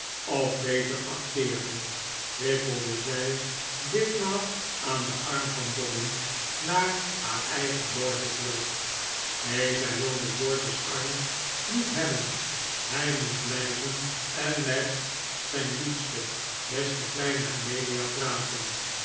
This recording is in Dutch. of beter acteerde trippelde zij ditmaal aan den arm van dobbin naar haar eigen loge terug nee zij vvilde george's arm niet hebben hij moest blijven en met zijn liefste beste kleine amelia praten